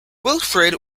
wilfrid